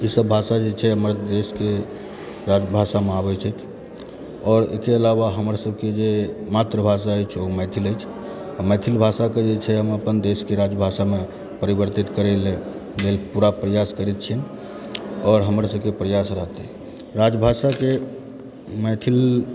ई सब भाषा जे छै हमर देशकेँ राजभाषामे आबै छथि आओर एहिके अलावा हमर सभकेँ जे मतृभाषा अछि ओ मैथिल अछि आ मैथिल भाषाकेँ के जे छै हम अपन देशकेँ राजभाषामे परिवर्तित करय लऽ पूरा प्रयास करैत छी आओर हमर सभकेँ प्रयास रहत राजभाषाकेँ मैथिल